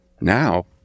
now